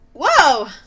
Whoa